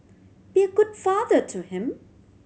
be a good father to him